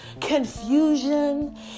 confusion